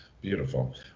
Beautiful